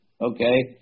okay